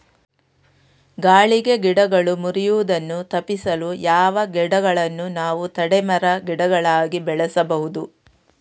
ಗಾಳಿಗೆ ಗಿಡಗಳು ಮುರಿಯುದನ್ನು ತಪಿಸಲು ಯಾವ ಗಿಡಗಳನ್ನು ನಾವು ತಡೆ ಮರ, ಗಿಡಗಳಾಗಿ ಬೆಳಸಬಹುದು?